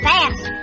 Fast